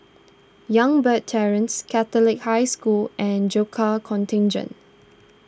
Youngberg Terrace Catholic High School and Gurkha Contingent